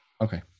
Okay